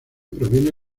proviene